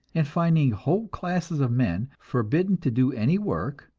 and finding whole classes of men forbidden to do any work,